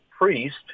priest